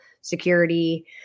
security